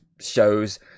shows